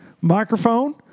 microphone